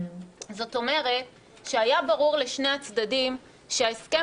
זאת אומרת שהיה ברור לשני הצדדים שההסכם